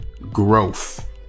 growth